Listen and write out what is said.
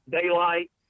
daylight